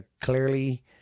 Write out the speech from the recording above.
clearly